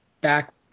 back